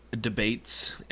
debates